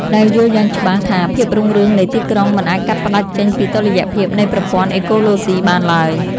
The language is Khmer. ដែលយល់យ៉ាងច្បាស់ថាភាពរុងរឿងនៃទីក្រុងមិនអាចកាត់ផ្ដាច់ចេញពីតុល្យភាពនៃប្រព័ន្ធអេកូឡូស៊ីបានឡើយ។